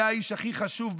היה האיש הכי חשוב,